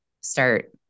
start